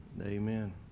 Amen